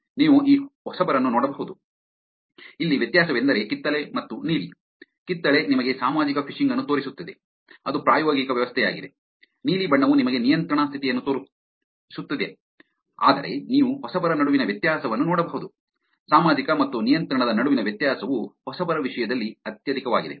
ನೀವು ಆ ಹೊಸಬರನ್ನು ನೋಡಬಹುದು ಇಲ್ಲಿ ವ್ಯತ್ಯಾಸವೆಂದರೆ ಕಿತ್ತಳೆ ಮತ್ತು ನೀಲಿ ಕಿತ್ತಳೆ ನಿಮಗೆ ಸಾಮಾಜಿಕ ಫಿಶಿಂಗ್ ಅನ್ನು ತೋರಿಸುತ್ತಿದೆ ಅದು ಪ್ರಾಯೋಗಿಕ ವ್ಯವಸ್ಥೆಯಾಗಿದೆ ನೀಲಿ ಬಣ್ಣವು ನಿಮಗೆ ನಿಯಂತ್ರಣ ಸ್ಥಿತಿಯನ್ನು ತೋರಿಸುತ್ತದೆ ಆದರೆ ನೀವು ಹೊಸಬರ ನಡುವಿನ ವ್ಯತ್ಯಾಸವನ್ನು ನೋಡಬಹುದು ಸಾಮಾಜಿಕ ಮತ್ತು ನಿಯಂತ್ರಣದ ನಡುವಿನ ವ್ಯತ್ಯಾಸವು ಹೊಸಬರ ವಿಷಯದಲ್ಲಿ ಅತ್ಯಧಿಕವಾಗಿದೆ